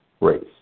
race